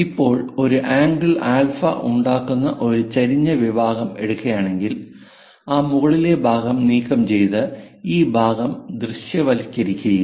ഇപ്പോൾ നമ്മൾ ഒരു ആംഗിൾ ആൽഫ ഉണ്ടാക്കുന്ന ഒരു ചെരിഞ്ഞ വിഭാഗം എടുക്കുകയാണെങ്കിൽ ഈ മുകളിലെ ഭാഗം നീക്കംചെയ്ത് ഈ ഭാഗം ദൃശ്യവൽക്കരിക്കുക